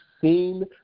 seen